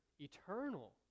eternal